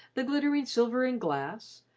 the glittering silver and glass,